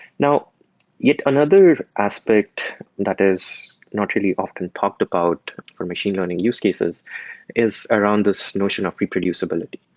now yet another aspect that is not really often talked about for machine learning use cases is around this notion of reproducibility.